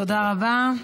תודה רבה.